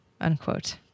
Unquote